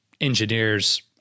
engineers